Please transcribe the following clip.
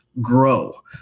grow